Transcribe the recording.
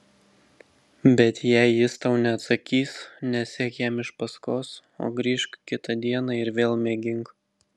bet jei jis tau neatsakys nesek jam iš paskos o grįžk kitą dieną ir vėl mėgink